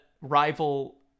rival